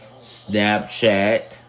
Snapchat